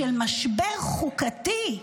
של משבר חוקתי.